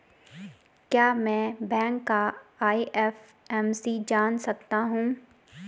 क्या मैं बैंक का आई.एफ.एम.सी जान सकता हूँ?